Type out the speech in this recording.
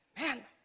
Man